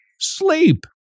Sleep